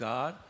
God